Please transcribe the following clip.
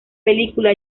película